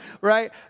right